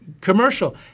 commercial